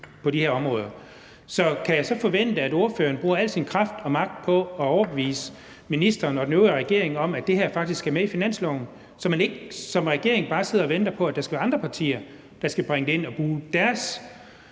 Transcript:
enige om det er, kan jeg så forvente, at ordføreren bruger al sin kraft og magt på at overbevise ministeren og den øvrige regering om, at det her faktisk skal med i finansloven, så man ikke som regering bare sidder og venter på, at det skal være andre partier, der skal bringe det ind og bruge deres